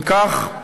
אם כך,